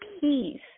peace